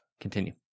Continue